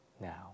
now